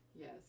Yes